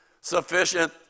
Sufficient